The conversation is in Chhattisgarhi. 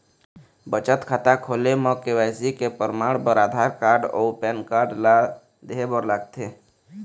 बचत खाता खोले म के.वाइ.सी के परमाण बर आधार कार्ड अउ पैन कार्ड ला देहे बर लागथे